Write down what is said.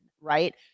right